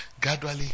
Gradually